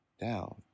down